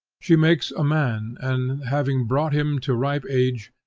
she makes a man and having brought him to ripe age,